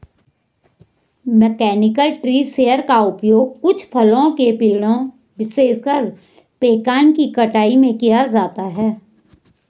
mechanical tree shaker का उपयोग कुछ फलों के पेड़ों, विशेषकर पेकान की कटाई में किया जाता है